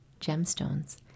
gemstones